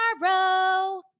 tomorrow